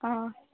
ꯑꯥ